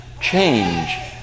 change